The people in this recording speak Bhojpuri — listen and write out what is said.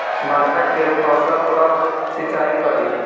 मका के फ़सल कब सिंचाई करी?